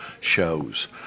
shows